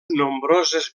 nombroses